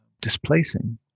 displacing